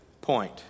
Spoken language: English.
point